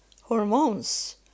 hormones